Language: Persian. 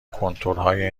کنتورهای